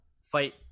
fight